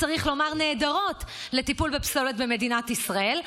צריך לומר, נהדרות, לטיפול בפסולת במדינת ישראל,